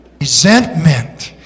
Resentment